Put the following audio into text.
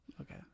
Okay